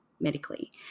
Medically